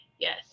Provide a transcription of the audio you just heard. Yes